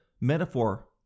metaphor